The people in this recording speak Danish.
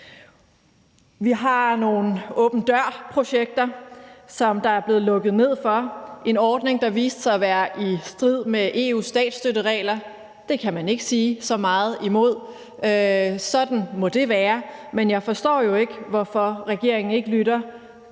Vi har nogle åben dør-projekter, som der er blevet lukket ned for – en ordning, der viste sig at være i strid med EU's statsstøtteregler. Det kan man ikke sige så meget imod; sådan må det være. Men jeg forstår ikke, hvorfor regeringen ikke lytter,